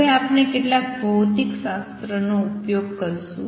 હવે આપણે કેટલાક ભૌતિકશાસ્ત્રનો ઉપયોગ કરીશું